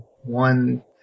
one